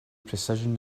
precision